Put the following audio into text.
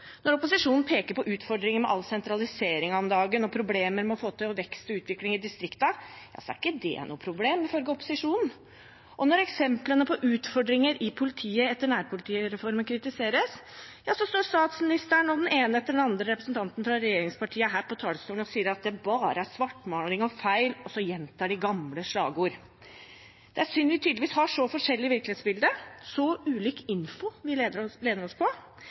når opposisjonen peker på utfordringer med all sentraliseringen om dagen og på problemer med å få til vekst og utvikling i distriktene, er ikke det noe problem, ifølge opposisjonen. Og når eksemplene på utfordringer i politiet etter nærpolitireformen kritiseres, står statsministeren og den ene etter den andre representanten fra regjeringspartiene her på talerstolen og sier at det bare er svartmaling og feil, og så gjentar de gamle slagord. Det er synd vi tydeligvis har et så forskjellig virkelighetsbilde, en så ulik info vi lener oss på.